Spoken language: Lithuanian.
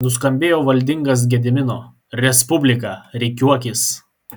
nuskambėjo valdingas gedimino respublika rikiuokis